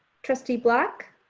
trustee black.